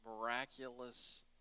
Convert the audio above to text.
miraculous